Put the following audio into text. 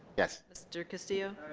yeah mr. castillo,